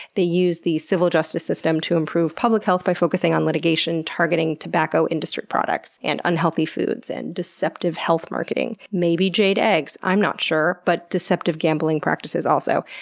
they use the civil justice system to improve public health by focusing on litigation targeting tobacco industry products and unhealthy foods, and deceptive health marketing. maybe jade eggs, i'm not sure, but deceptive gambling practices also.